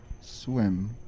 swim